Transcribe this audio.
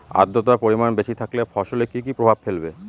আদ্রর্তার পরিমান বেশি থাকলে ফসলে কি কি প্রভাব ফেলবে?